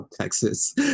Texas